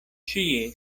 ĉie